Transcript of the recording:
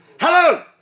Hello